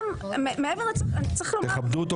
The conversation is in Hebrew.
צריך לומר,